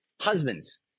Husbands